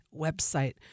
website